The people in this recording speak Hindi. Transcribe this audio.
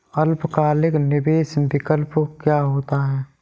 अल्पकालिक निवेश विकल्प क्या होता है?